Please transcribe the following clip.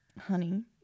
Honey